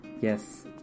Yes